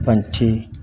ਪੰਛੀ